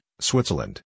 Switzerland